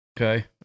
Okay